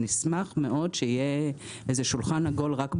נשמח מאוד שיהיה שולחן עגול רק בנושא,